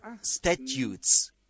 statutes